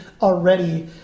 already